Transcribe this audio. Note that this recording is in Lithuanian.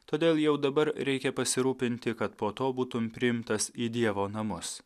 todėl jau dabar reikia pasirūpinti kad po to būtum priimtas į dievo namus